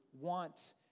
want